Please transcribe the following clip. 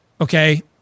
Okay